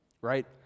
right